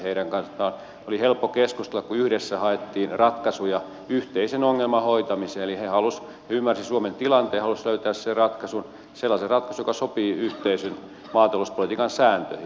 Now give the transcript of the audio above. heidän kanssaan oli helppo keskustella kun yhdessä haettiin ratkaisuja yhteisen ongelman hoitamiseen eli he ymmärsivät suomen tilanteen halusivat löytää siihen ratkaisun sellaisen ratkaisun joka sopii yhteisen maatalouspolitiikan sääntöihin